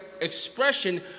expression